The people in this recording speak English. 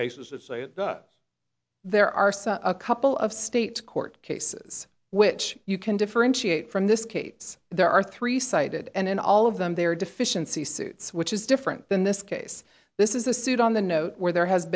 that there are such a couple of state court cases which you can differentiate from this kates there are three cited and in all of them there deficiency suits which is different than this case this is the suit on the note where there has